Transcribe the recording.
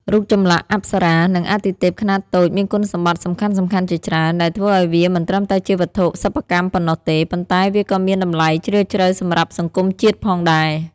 រូបចម្លាក់អប្សរា និងអាទិទេពខ្នាតតូចមានគុណសម្បត្តិសំខាន់ៗជាច្រើន ដែលធ្វើឱ្យវាមិនត្រឹមតែជាវត្ថុសិប្បកម្មប៉ុណ្ណោះទេ ប៉ុន្តែវាក៏មានតម្លៃជ្រាលជ្រៅសម្រាប់សង្គមជាតិផងដែរ។